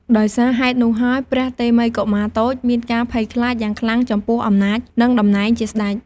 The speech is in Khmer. ដោយសារហេតុនោះហើយ ព្រះតេមិយកុមារតូចមានការភ័យខ្លាចយ៉ាងខ្លាំងចំពោះអំណាច និងតំណែងជាស្តេច។